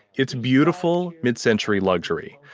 it's beautiful, mid-century luxury.